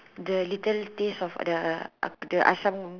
the little taste of the the Asam